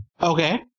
Okay